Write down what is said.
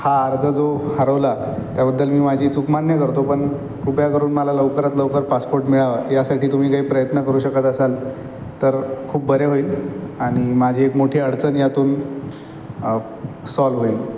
हा अर्ज जो हरवला आहे त्याबद्दल मी माझी चूक मान्य करतो पण कृपया करून मला लवकरात लवकर पासपोर्ट मिळावा यासाठी तुम्ही काही प्रयत्न करू शकत असाल तर खूप बरे होईल आणि माझी एक मोठी अडचण यातून सॉल्व होईल